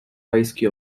rajski